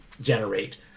generate